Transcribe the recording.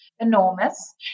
enormous